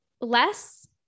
less